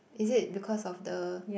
is it because of the